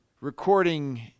recording